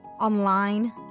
online